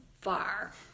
far